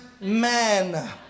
man